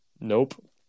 Nope